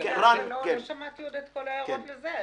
עדיין לא שמעתי את כל ההערות לסעיף הזה.